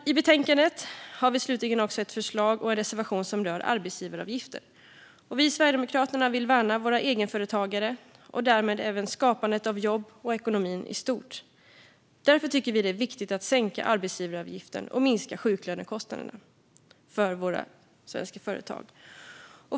I betänkandet har vi också ett förslag och en reservation som rör arbetsgivaravgifter. Sverigedemokraterna vill värna våra egenföretagare och därmed även skapandet av jobb samt ekonomin i stort. Därför tycker vi att det är viktigt att sänka arbetsgivaravgiften och minska sjuklönekostnaderna för svenska företag.